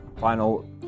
final